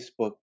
Facebook